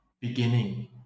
beginning